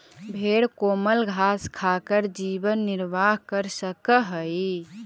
भेंड कोमल घास खाकर जीवन निर्वाह कर सकअ हई